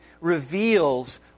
reveals